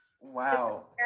wow